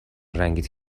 رنگت